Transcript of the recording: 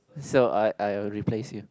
so I I will replace you